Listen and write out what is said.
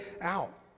out